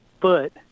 foot